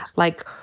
like,